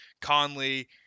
Conley